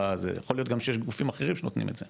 יכול להיות שיש גם גופים אחרים שנותנים את זה.